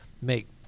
make